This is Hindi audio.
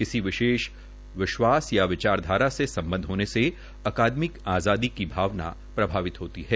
किसी विशेष विश्वास या विचारधारा से संबंध होने से अकादमिक आजादी की भावना प्रभावित होती है